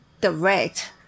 direct